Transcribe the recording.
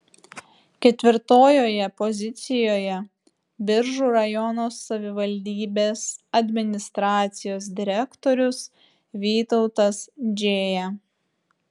ketvirtojoje pozicijoje biržų rajono savivaldybės administracijos direktorius vytautas džėja